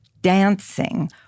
dancing